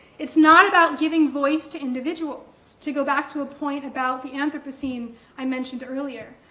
it's not about giving voice to individuals, to go back to a point about the anthropocene i mentioned earlier,